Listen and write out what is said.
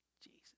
Jesus